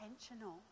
intentional